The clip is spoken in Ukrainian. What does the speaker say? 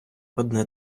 одне